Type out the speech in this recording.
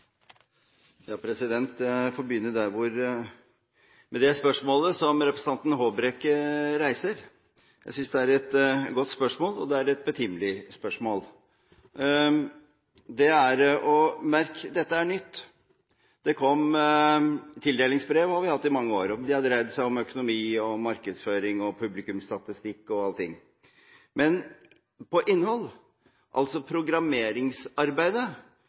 Jeg får begynne med det spørsmålet som representanten Håbrekke stiller. Jeg synes det er et godt og betimelig spørsmål. Merk dere at dette er nytt. Tildelingsbrev har vi hatt i mange år, og det har dreid seg om økonomi, markedsføring, publikumsstatistikk og alle slags ting. Men når det gjelder innhold – altså programmeringsarbeidet